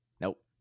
Nope